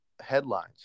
headlines